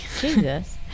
Jesus